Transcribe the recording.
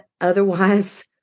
otherwise